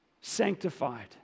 sanctified